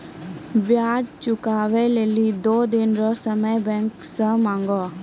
ब्याज चुकबै लेली दो दिन रो समय बैंक से मांगहो